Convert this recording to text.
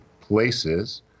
places